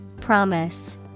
Promise